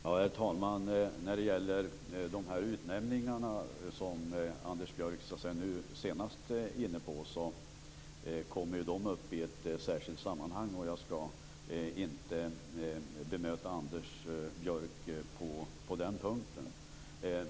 Herr talman! De utnämningar som Anders Björck är inne på kommer upp i ett särskilt sammanhang. Jag skall därför inte bemöta honom på den punkten.